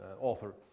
author